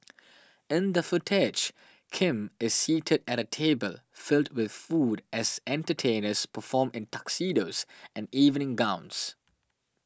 in that footage Kim is seated at a table filled with food as entertainers perform in tuxedos and evening gowns